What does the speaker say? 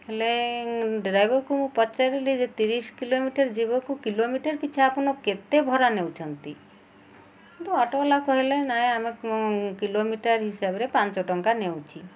ହେଲେ ଡ୍ରାଇଭରକୁ ମୁଁ ପଚାରିଲି ଯେ ତିରିଶ କିଲୋମିଟର ଯିବକୁ କିଲୋମିଟର ପିଛା ଆପଣ କେତେ ଭଡ଼ା ନେଉଛନ୍ତି କିନ୍ତୁ ଅଟୋବାଲା କହିଲେ ନାଇଁ ଆମେ କିଲୋମିଟର ହିସାବରେ ପାଞ୍ଚ ଟଙ୍କା ନେଉଛି